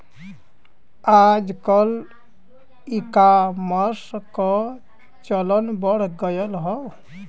आजकल ईकामर्स क चलन बढ़ गयल हौ